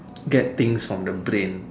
get things from the brain